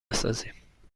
بسازیم